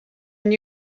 and